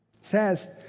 Says